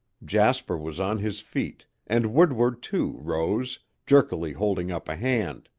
jasper was on his feet, and woodward too rose, jerkily holding up a hand.